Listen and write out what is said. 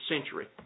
century